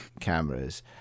cameras